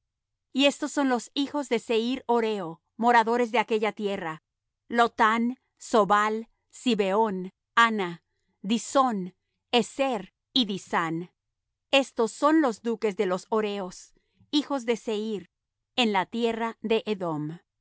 y estos son los hijos de seir horeo moradores de aquella tierra lotán sobal zibeón ana disón ezer y disán estos son los duques de los horeos hijos de seir en la tierra de edom